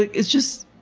it's just,